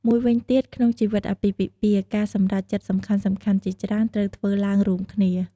មួយវិញទៀត ក្នុងជីវិតអាពាហ៍ពិពាហ៍ ការសម្រេចចិត្តសំខាន់ៗជាច្រើនត្រូវធ្វើឡើងរួមគ្នា។